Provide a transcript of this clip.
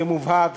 זה מובהק,